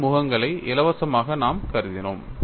அந்த முகங்களை இலவசமாக நாம் கருதினோம்